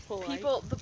people